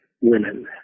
women